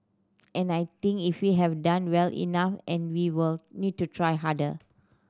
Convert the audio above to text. and I think if we have done well enough and we will need to try harder